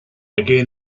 again